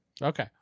Okay